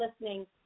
listening